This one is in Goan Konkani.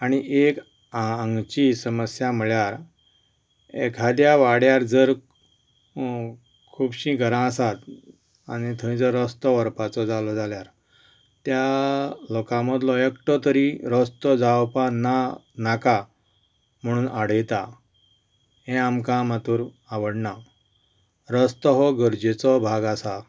आनीक एक हांगाची समस्या म्हणल्यार एकाद्या वाड्यार जर खुबशीं घरां आसात आनी थंय जर रस्तो व्हरपाचो जालो जाल्यार त्या लोकां मदलो एकटो तरी रस्तो जावचो जावपाक नाका म्हणून आडयता हें आमकां मातूर आवडना रस्तो हो गरजेचो भाग आसा